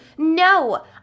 No